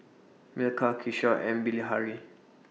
Milkha Kishore and Bilahari